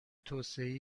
توصیه